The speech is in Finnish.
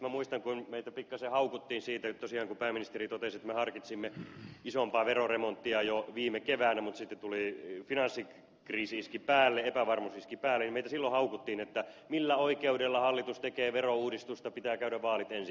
sitten muistan kun meitä pikkasen haukuttiin siitä tosiaan kun pääministeri totesi että me harkitsimme isompaa veroremonttia jo viime keväänä mutta sitten finanssikriisi iski päälle epävarmuus iski päälle että millä oikeudella hallitus tekee verouudistusta pitää käydä vaalit ensin